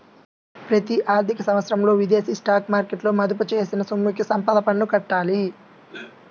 ప్రతి ఆర్థిక సంవత్సరంలో విదేశీ స్టాక్ మార్కెట్లలో మదుపు చేసిన సొమ్ముకి సంపద పన్ను కట్టాలి